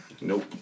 Nope